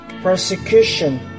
persecution